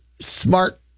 smart